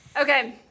Okay